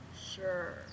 Sure